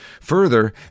Further